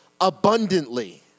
abundantly